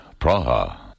Praha